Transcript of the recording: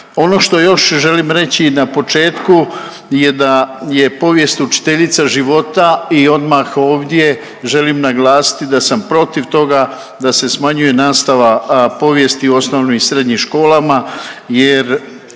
Ono što još želim reći na početku je da je povijest učiteljica života i odmah ovdje želim naglasiti da sam protiv toga da se smanjuje nastava povijesti u osnovnim i srednjim školama jer